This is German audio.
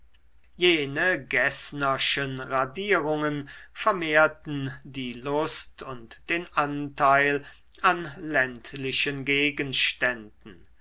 jene geßnerschen radierungen vermehrten die lust und den anteil an ländlichen gegenständen